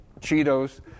Cheetos